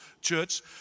church